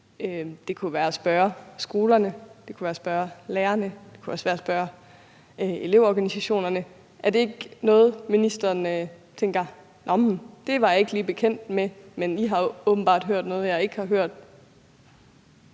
det kunne også være at spørge elevorganisationerne. Er det ikke noget, hvor ordføreren tænker, hov, det var jeg ikke lige bekendt med, men I har åbenbart hørt noget, jeg ikke har hørt?